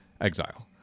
exile